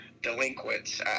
delinquents